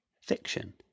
Fiction